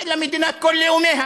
אלא מדינת כל לאומיה,